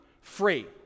free